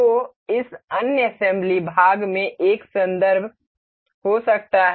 तो इस अन्य असेंबली भाग में एक संदर्भ हो सकता है